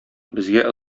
безгә